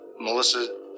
Melissa